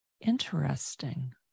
interesting